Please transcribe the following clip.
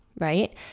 right